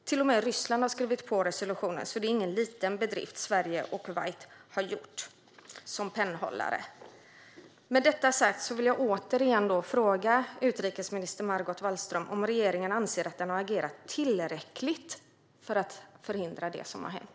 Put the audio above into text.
Till och med Ryssland har skrivit på resolutionen, så det är ingen liten bedrift som Sverige och Kuwait har gjort som pennhållare. Med detta sagt vill jag återigen fråga utrikesminister Margot Wallström: Anser regeringen att den har agerat tillräckligt för att förhindra det som har hänt?